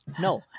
No